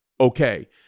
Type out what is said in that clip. okay